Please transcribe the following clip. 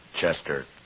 Chester